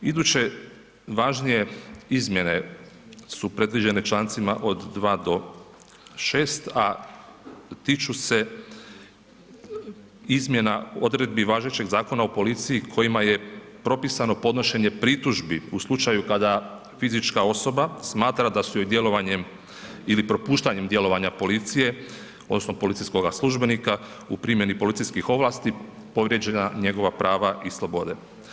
Iduće važnije izmjene su predviđene Člancima od 2. do 6., a tiču se izmjena odredbi važećeg Zakona o policiji kojima je propisano podnošenje pritužbi u slučaju kada fizička osoba smatra da su joj djelovanjem ili propuštanjem djelovanja policije odnosno policijskoga službenika u primjeni policijskih ovlasti povrijeđena njegova prava i slobode.